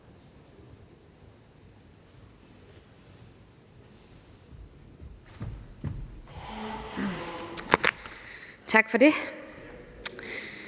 Tak for det.